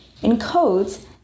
encodes